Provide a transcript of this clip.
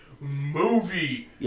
movie